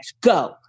Go